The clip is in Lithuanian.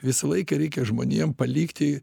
visą laiką reikia žmonėm palikti